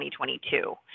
2022